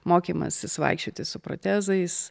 mokymasis vaikščioti su protezais